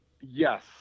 Yes